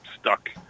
stuck